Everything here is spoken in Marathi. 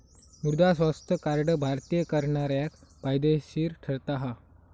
मृदा स्वास्थ्य कार्ड भारतीय करणाऱ्याक फायदेशीर ठरता हा